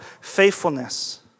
faithfulness